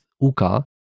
uka